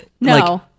No